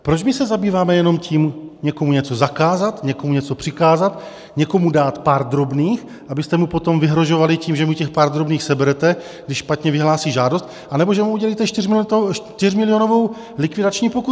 Proč my se zabýváme jenom tím někomu něco zakázat, někomu něco přikázat, někomu dát pár drobných, abyste mu potom vyhrožovali tím, že mu těch pár drobných seberete, když špatně vyhlásí žádost, anebo že mu udělíte čtyřmilionovou likvidační pokutu?